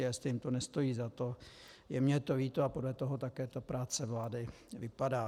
A jestli jim to nestojí za to, je mi to líto a podle toho také ta práce vlády vypadá.